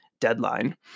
deadline